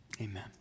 Amen